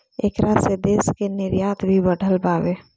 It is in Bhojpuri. ऐकरा से देश के निर्यात भी बढ़ल बावे